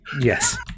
yes